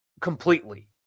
completely